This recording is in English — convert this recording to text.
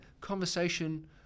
conversation